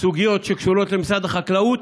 סוגיות שקשורות למשרד החקלאות,